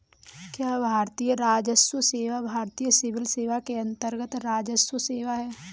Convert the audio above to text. क्या भारतीय राजस्व सेवा भारतीय सिविल सेवा के अन्तर्गत्त राजस्व सेवा है?